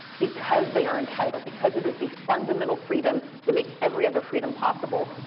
because they are entitled, because it is the fundamental freedom that makes every other freedom possible,